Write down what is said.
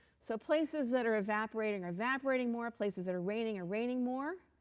so places that are evaporating are evaporating more. places that are raining are raining more.